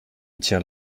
tiens